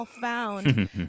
found